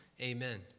amen